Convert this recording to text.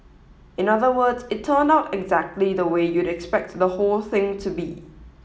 in other words it turned out exactly the way you'd expect the whole thing to be